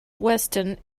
weston